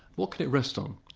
what can it rest on?